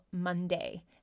Monday